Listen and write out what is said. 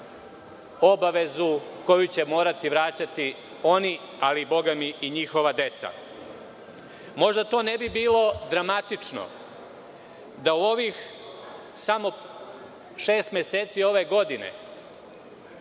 obavezu koju će morati vraćati oni ali, bogami, i njihova deca. Možda to ne bi bilo dramatično da u ovih samo šest meseci ove godine